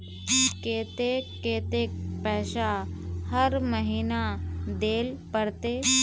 केते कतेक पैसा हर महीना देल पड़ते?